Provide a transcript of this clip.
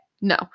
No